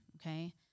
okay